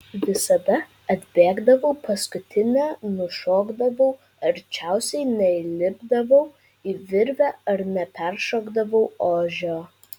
visada atbėgdavau paskutinė nušokdavau arčiausiai neįlipdavau į virvę ar neperšokdavau ožio